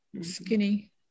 skinny